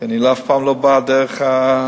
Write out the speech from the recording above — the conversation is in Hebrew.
כי אני אף פעם לא בא דרך המלונית,